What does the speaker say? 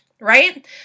right